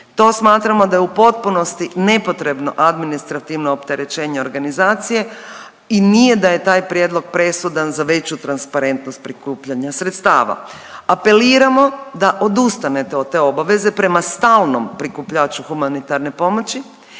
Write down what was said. To smatramo da je u potpunosti nepotrebno administrativno opterećenje organizacije i nije da je taj prijedlog presudan za veću transparentnost prikupljanja sredstava. Apeliramo da odustanete od te obaveze prema stalnom prikupljaču humanitarne pomoći